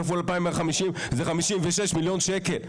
כפול 2,150 זה 56,000,000 שקל.